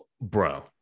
Bro